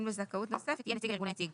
לזכאות נוספת יהיה נציג הארגון היציג